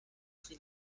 sri